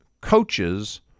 coaches